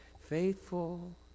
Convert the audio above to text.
faithful